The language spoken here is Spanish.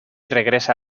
regresa